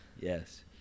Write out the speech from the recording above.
Yes